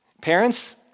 Parents